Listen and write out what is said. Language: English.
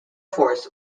force